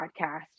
podcast